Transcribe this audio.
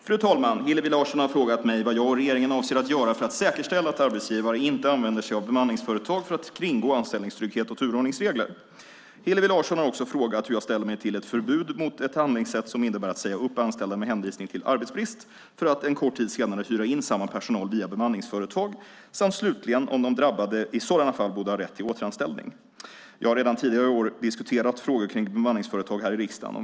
Fru talman! Hillevi Larsson har frågat mig vad jag och regeringen avser att göra för att säkerställa att arbetsgivare inte använder sig av bemanningsföretag för att kringgå anställningstrygghet och turordningsregler. Hillevi Larsson har också frågat hur jag ställer mig till ett förbud mot ett handlingssätt som innebär att säga upp anställda med hänvisning till arbetsbrist för att en kort tid senare hyra in samma personal via bemanningsföretag samt slutligen om de drabbade i sådana fall borde ha rätt till återanställning. Jag har redan tidigare i år diskuterat frågor kring bemanningsföretag här i riksdagen.